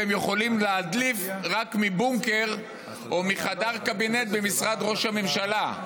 והם יכולים להדליף רק מבונקר או מחדר קבינט במשרד ראש הממשלה.